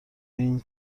این